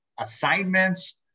assignments